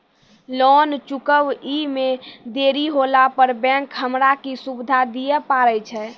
Loan चुकब इ मे देरी होला पर बैंक हमरा की सुविधा दिये पारे छै?